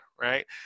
right